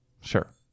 Sure